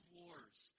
wars